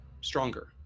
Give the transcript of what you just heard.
stronger